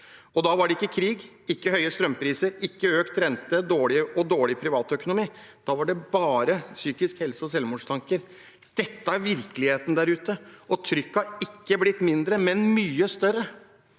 da var det ikke krig, ikke høye strømpriser, ikke økt rente og dårlig privatøkonomi, da var det bare psykisk helse og selvmordstanker. Dette er virkeligheten der ute. Trykket har ikke blitt mindre, men mye større.